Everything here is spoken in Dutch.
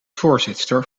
voorzitster